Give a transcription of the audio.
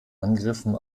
angriffen